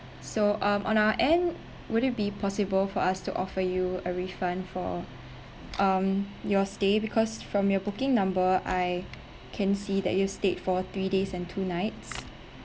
so um on our end would it be possible for us to offer you a refund for um your stay because from your booking number I can see that you stayed for three days and two nights